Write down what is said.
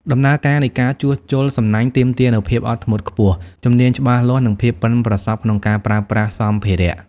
ដំណើរការនៃការជួសជុលសំណាញ់ទាមទារនូវភាពអត់ធ្មត់ខ្ពស់ ជំនាញច្បាស់លាស់ និងភាពប៉ិនប្រសប់ក្នុងការប្រើប្រាស់សម្ភារៈ។